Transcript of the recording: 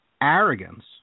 arrogance